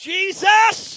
Jesus